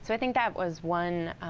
so think that was one